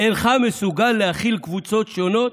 אינך מסוגל להכיל קבוצות שונות?